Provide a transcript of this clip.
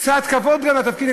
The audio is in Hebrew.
קצת כבוד גם לתפקיד.